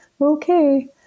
okay